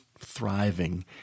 thriving